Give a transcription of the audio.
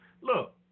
look